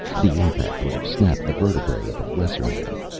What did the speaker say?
the impact would have snapped the vertebrae of a lesser man.